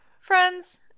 Friends